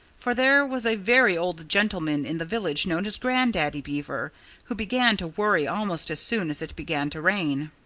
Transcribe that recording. for there was a very old gentleman in the village known as grandaddy beaver who began to worry almost as soon as it began to rain.